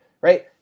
right